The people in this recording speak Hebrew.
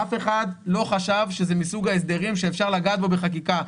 אף אחד לא חשב שזה מסוג ההסדרים שאפשר לגעת בו בחקיקה.